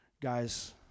Guys